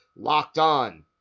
LOCKEDON